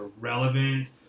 relevant